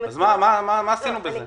מה עשינו בזה?